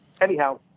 Anyhow